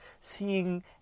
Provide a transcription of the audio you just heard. Seeing